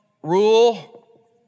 Rule